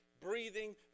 breathing